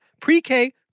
pre-K